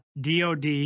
DOD